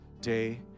day